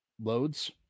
loads